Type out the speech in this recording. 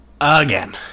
again